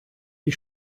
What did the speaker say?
die